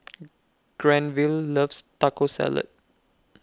Granville loves Taco Salad